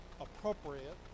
appropriate